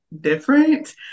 different